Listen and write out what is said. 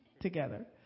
together